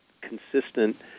consistent